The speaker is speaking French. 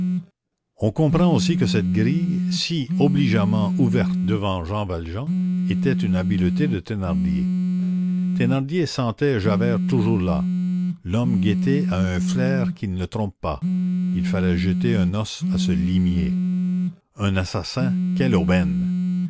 on comprend aussi que cette grille si obligeamment ouverte devant jean valjean était une habileté de thénardier thénardier sentait javert toujours là l'homme guetté a un flair qui ne le trompe pas il fallait jeter un os à ce limier un assassin quelle aubaine